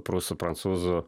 prūsų prancūzų